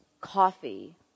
coffee